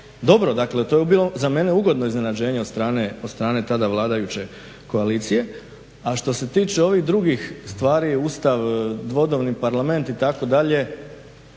dobro, dakle to je bilo za mene ugodno iznenađenje od strane tada vladajuće koalicije. A što se tiče ovih drugih stvari, Ustav, dvodomni Parlament itd.